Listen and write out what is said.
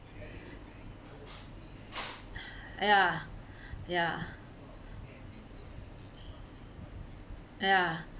ya ya ya